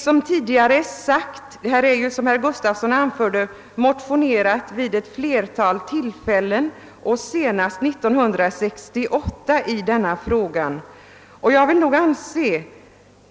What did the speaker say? Som herr Gustavsson nämnde har denna fråga vid ett flertal tillfällen tagits upp i motioner, senast 1968.